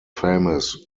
famous